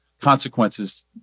consequences